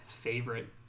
favorite